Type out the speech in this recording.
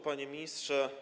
Panie Ministrze!